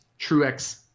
Truex